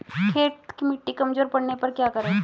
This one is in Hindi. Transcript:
खेत की मिटी कमजोर पड़ने पर क्या करें?